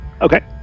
Okay